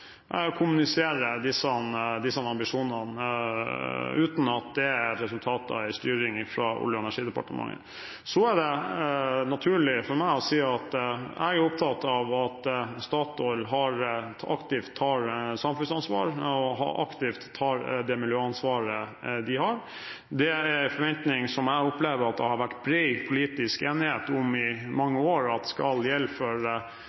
kommuniserer disse ambisjonene uten at det er et resultat av styring fra Olje- og energidepartementet. Så er det naturlig for meg å si at jeg er opptatt av at Statoil aktivt tar samfunnsansvar og aktivt tar det miljøansvaret de har. Det er en forventning som jeg opplever at det i mange år har vært bred politisk enighet om skal gjelde for